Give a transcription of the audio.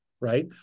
Right